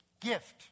gift